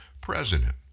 president